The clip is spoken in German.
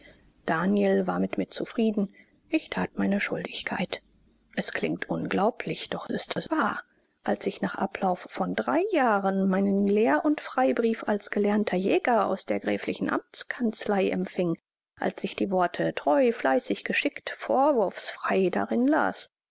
daniel war mit mir zufrieden ich that meine schuldigkeit es klingt unglaublich doch ist es wahr als ich nach ablauf von drei jahren meinen lehr und freibrief als gelernter jäger aus der gräflichen amtskanzelei empfing als ich die worte treu fleißig geschickt vorwurfsfrei darin las